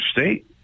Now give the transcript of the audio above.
state